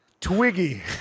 Twiggy